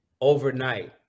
overnight